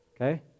okay